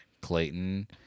Clayton